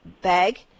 bag